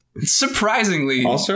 surprisingly